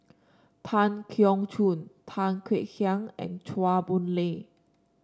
Tan Keong Choon Tan Kek Hiang and Chua Boon Lay